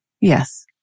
Yes